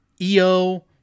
EO